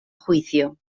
juicio